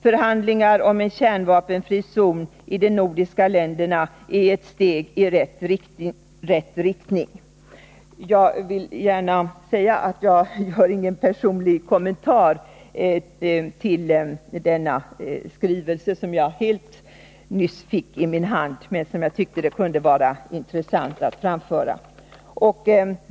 Förhandlingar om en kärnvapenfri zon i de nordiska länderna är ett steg i rätt riktning.” Jag gör ingen personlig kommentar till denna skrivelse, som jag alldeles nyss fick i min hand, men jag tyckte det kunde vara intressant att framföra den.